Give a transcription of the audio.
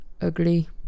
ugly